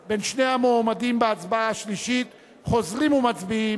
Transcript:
בין שני המועמדים בהצבעה השלישית, חוזרים ומצביעים